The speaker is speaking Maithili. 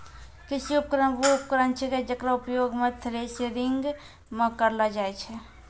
कृषि उपकरण वू उपकरण छिकै जेकरो उपयोग सें थ्रेसरिंग म करलो जाय छै